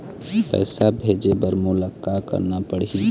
पैसा भेजे बर मोला का करना पड़ही?